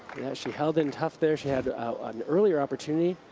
she held in tough there. she had an earlier opportunity.